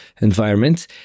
environment